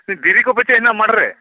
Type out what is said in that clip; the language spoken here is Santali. ᱫᱷᱤᱨᱤ ᱠᱚ ᱯᱟᱪᱮᱫ ᱦᱮᱱᱟ ᱢᱟᱴᱷᱨᱮ